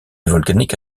volcanique